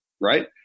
right